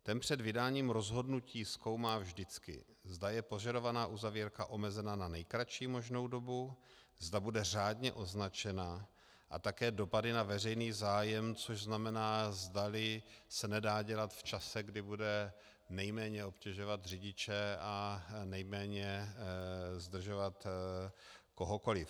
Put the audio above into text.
Ten před vydáním rozhodnutí zkoumá vždycky, zda je požadovaná uzavírka omezena na nejkratší možnou dobu, zda bude řádně označena, a také dopady na veřejný zájem, což znamená, zdali se nedá dělat v čase, kdy bude nejméně obtěžovat řidiče a nejméně zdržovat kohokoliv.